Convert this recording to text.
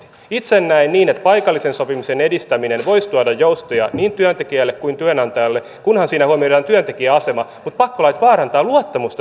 itse näen niin että paikallisen sopimisen edistäminen voisi tuoda joustoja niin työntekijälle kuin työnantajallekin kunhan siinä huomioidaan työntekijän asema mutta pakkolait vaarantavat luottamusta tällaiseen haluun